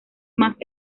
más